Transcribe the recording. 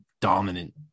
dominant